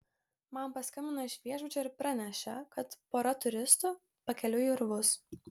man paskambino iš viešbučio ir pranešė kad pora turistų pakeliui į urvus